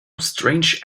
strange